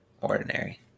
ordinary